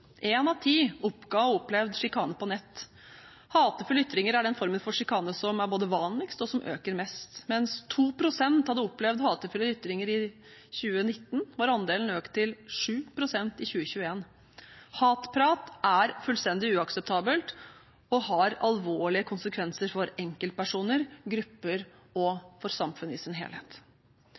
av ti oppga å ha opplevd sjikane på nett. Hatefulle ytringer er den formen for sjikane som både er vanligst og øker mest. Mens 2 pst. hadde opplevd hatefulle ytringer i 2019, var andelen økt til 7 pst. i 2021. Hatprat er fullstendig uakseptabelt og har alvorlige konsekvenser for enkeltpersoner, grupper og for samfunnet i sin helhet.